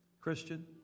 Christian